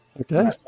Okay